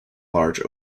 large